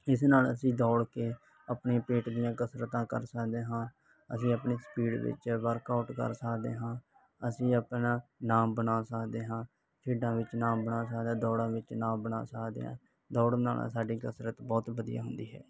ਇਸ ਨਾਲ ਅਸੀਂ ਦੌੜ ਕੇ ਆਪਣੇ ਪੇਟ ਦੀਆਂ ਕਸਰਤਾਂ ਕਰ ਸਕਦੇ ਹਾਂ ਅਸੀਂ ਆਪਣੀ ਸਪੀਡ ਵਿੱਚ ਵਰਕਆਊਟ ਕਰ ਸਕਦੇ ਹਾਂ ਅਸੀਂ ਆਪਣਾ ਨਾਮ ਬਣਾ ਸਕਦੇ ਹਾਂ ਖੇਡਾਂ ਵਿੱਚ ਨਾਮ ਬਣਾ ਸਕਦਾ ਦੌੜਾਂ ਵਿੱਚ ਨਾਮ ਬਣਾ ਸਕਦੇ ਹਾਂ ਦੌੜਣ ਨਾਲ ਸਾਡੀ ਕਸਰਤ ਬਹੁਤ ਵਧੀਆ ਹੁੰਦੀ ਹੈ